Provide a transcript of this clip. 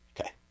Okay